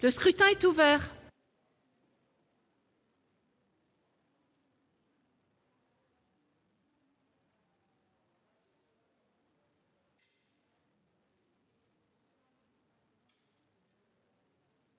Le scrutin est ouvert.